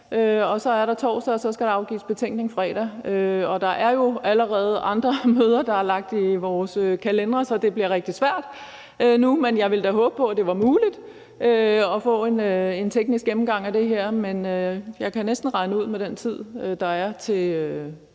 og så er der torsdag, og så skal afgives betænkning fredag. Der er jo allerede andre møder, der er lagt i vores kalendere. Så det bliver rigtig svært nu. Jeg ville da håbe på, at det var muligt at få en teknisk gennemgang af det her, men jeg kan næsten regne ud, at med den tid, der er, til,